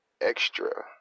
extra